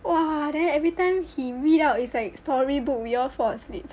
!wah! then every time he read out it's a storybook we all fall asleep